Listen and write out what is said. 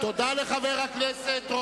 תודה לחבר הכנסת,